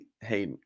hey